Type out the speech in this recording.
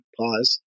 pause